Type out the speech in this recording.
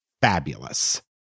Fabulous